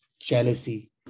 jealousy